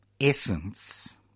essence